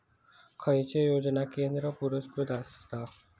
खैचे योजना केंद्र पुरस्कृत आसत?